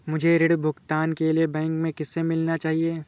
मुझे ऋण भुगतान के लिए बैंक में किससे मिलना चाहिए?